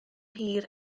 hir